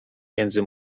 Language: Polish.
między